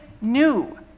new